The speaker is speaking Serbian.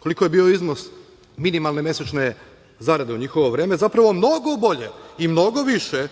koliki je bio iznos minimalne mesečne zarade u njihovo vreme, zapravo mnogo bolje i mnogo više